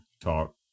talk